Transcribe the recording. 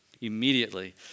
Immediately